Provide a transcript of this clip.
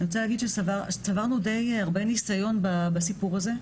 צברנו די הרבה ניסיון בסיפור הזה,